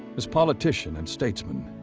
as politician and statesman,